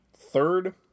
third